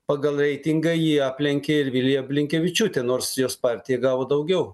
pagal reitingą ji aplenkė ir viliją blinkevičiūtę nors jos partija gavo daugiau